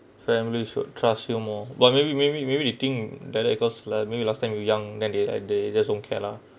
families will trust you more but maybe maybe maybe they think they let goes learn maybe last time you young then they like they just don't care lah